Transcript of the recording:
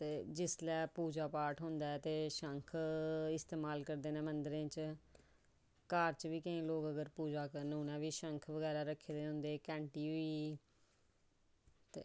ते जिसलै पूजा पाठ होंदा ऐ ते इस्तेमाल करदे न मंदरें च ते घर च बी जि'नें पूजा करनी होऐ उ'नें बी शंख बगैरा रक्खे दे ते घैंटी होई